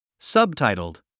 Subtitled